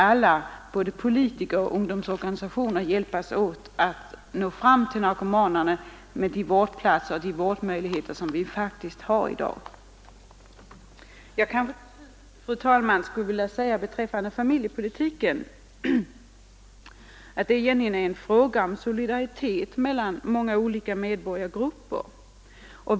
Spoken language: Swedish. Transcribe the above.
Alla, politiker, ungdomsorganisationer och andra, måste hjälpas åt att nå fram till narkomanerna och ge dem de vårdplatser och vårdmöjligheter vi faktiskt har i dag. Familjepolitiken, fru talman, är egentligen en fråga om solidaritet mellan olika medborgargrupper.